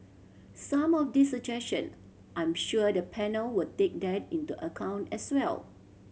some of these suggestion I'm sure the panel will take that into account as well